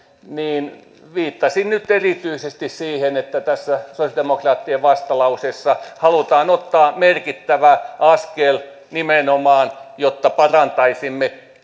niin viittasin nyt erityisesti siihen että tässä sosiaalidemokraattien vastalauseessa halutaan ottaa merkittävä askel nimenomaan jotta parantaisimme